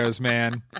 man